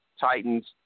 Titans